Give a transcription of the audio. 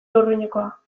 lurrinekoa